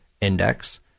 index